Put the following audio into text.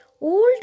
old